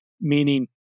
meaning